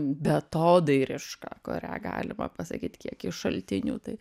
beatodairiška kurią galima pasakyt kiek iš šaltinių tai